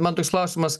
man toks klausimas